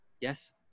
Yes